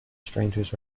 strangers